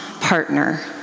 partner